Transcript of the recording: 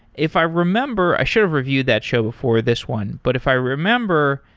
if i remember, i should have reviewed that show before this one. but if i remember,